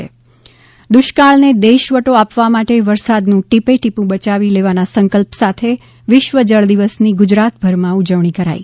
ે દુષ્કાળને દેશવટો આપવા માટે વરસાદનું ટીપે ટીપું બયાવી લેવાના સંકલ્પ સાથે વિશ્વ જળ દિવસની ગુજરાતભરમાં ઉજવણી કરાઈ